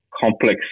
complex